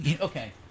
Okay